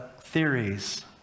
theories